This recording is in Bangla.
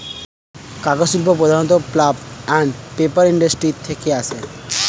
কাগজ শিল্প প্রধানত পাল্প অ্যান্ড পেপার ইন্ডাস্ট্রি থেকে আসে